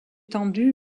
tendu